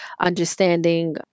understanding